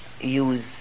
use